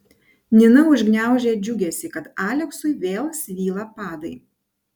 nina užgniaužė džiugesį kad aleksui vėl svyla padai